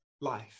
life